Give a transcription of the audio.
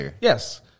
Yes